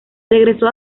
regresó